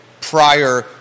prior